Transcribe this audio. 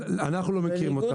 אנחנו לא מכירים אותם.